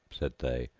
said they,